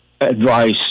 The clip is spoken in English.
advice